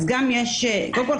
אז קודם כל,